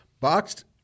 Boxed